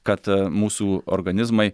kad mūsų organizmai